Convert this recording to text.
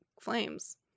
flames